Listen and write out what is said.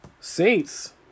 Saints